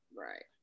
Right